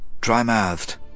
Dry-mouthed